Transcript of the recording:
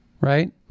Right